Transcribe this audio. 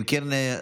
אם כן,